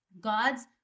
God's